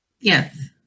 Yes